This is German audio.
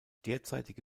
derzeitige